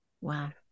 Wow